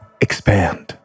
Expand